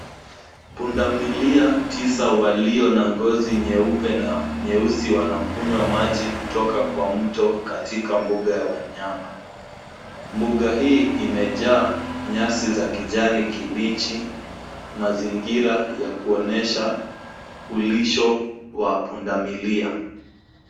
Pundamilia tisa walio na ngozi nyeupe na nyeusi wanakunywa maji kutoka kwa mto katika mbuga ya wanyama. Mbuga hii imejaa nyasi za kijani kibichi, mazingira ya kuonyesha ulisho wa pundamilia.